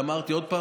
ואמרתי שוב,